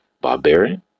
Barbarian